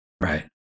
Right